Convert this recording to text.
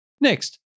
Next